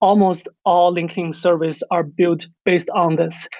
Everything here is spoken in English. almost all linkedin service are built based on this.